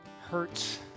hurts